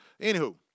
Anywho